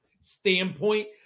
standpoint